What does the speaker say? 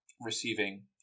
receiving